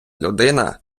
людина